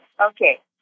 Okay